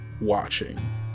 watching